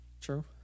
True